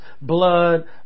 blood